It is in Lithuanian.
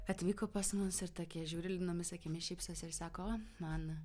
atvyko pas mus ir tokia žiūri liūdnomis akimis šypsosi ir sako o man